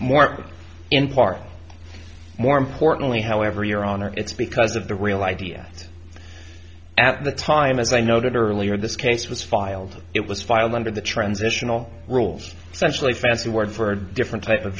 part more importantly however your honor it's because of the real idea at the time as i noted earlier this case was filed it was filed under the transitional rules specially fancy word for a different type of